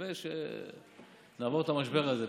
ונקווה שנעבור את המשבר הזה,